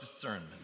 discernment